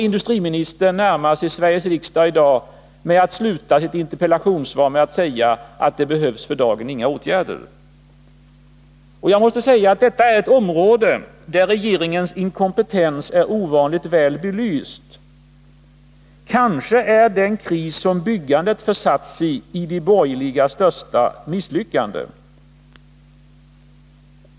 Industriministern närmar sig i dag Sveriges riksdag med att säga att det för dagen inte behövs några åtgärder. Detta är ett område där regeringens inkompetens är ovanligt väl belyst. Kanske är den kris som byggandet har försatt sig i de borgerligas största misslyckande.